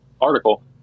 article